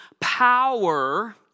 power